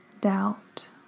doubt